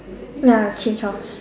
ya I change house